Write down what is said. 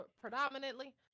predominantly